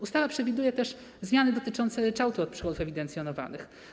Ustawa przewiduje też zmiany dotyczące ryczałtu od przychodów ewidencjonowanych.